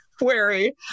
wary